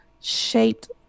shaped